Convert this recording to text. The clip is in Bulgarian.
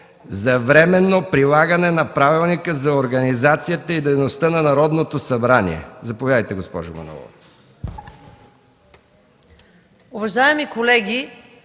за временно прилагане на Правилника за организацията и дейността на Народното събрание. Заповядайте, госпожо Манолова.